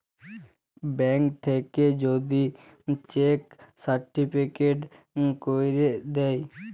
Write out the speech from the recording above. bank থ্যাইকে যদি cheque certified ক্যইরে দ্যায়